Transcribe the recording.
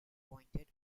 pointed